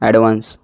advance